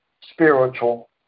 spiritual